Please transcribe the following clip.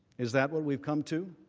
is that what we have come to?